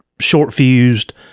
short-fused